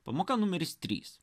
pamoka numeris trys